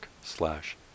slash